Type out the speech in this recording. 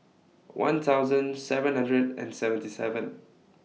one thousand seven hundred and seventy seven